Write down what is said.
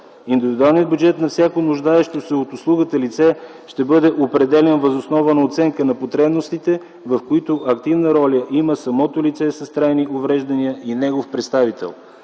Индивидуалният бюджет на всяко нуждаещо се от услугата лице ще бъде определян въз основа на оценка на потребностите, в които активна роля има самото лице с трайни увреждания и негов представител.